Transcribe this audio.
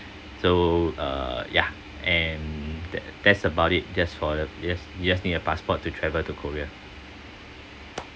so uh yeah and that that's about it just for the yes you just need a passport to travel to korea